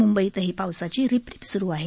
म्ंबईतही पावसाची रिपरिप स्रु आहे